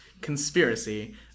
Conspiracy